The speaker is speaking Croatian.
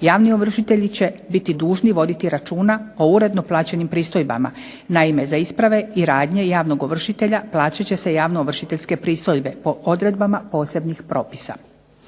Javni ovršitelji će biti dužni voditi računa o uredno plaćenim pristojbama. Naime, za isprave i radnje javnog ovršitelja plaćat će se javno ovršiteljske pristojbe po odredbama posebnih propisa.